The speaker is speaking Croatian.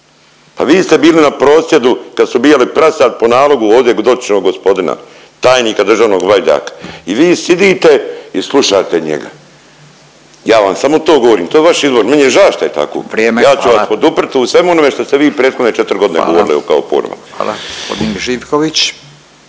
Pa vi ste bili na prosvjedu kad su ubijali prasad po nalogu ovdje dotičnog gospodina tajnika državnog Vajdaka i vi sidite i slušate njega, ja vam samo to govorim. To je vaš izbor, meni je ža šta je tako … .../Upadica: Vrijeme. Hvala./... ja ću vas poduprt u svemu onome što ste vi prethodne 4 godine govorili .../Govornik